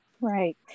Right